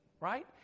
right